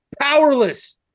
powerless